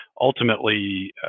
ultimately